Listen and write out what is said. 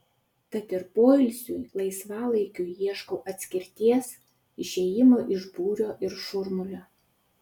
tad ir poilsiui laisvalaikiui ieškau atskirties išėjimo iš būrio ir šurmulio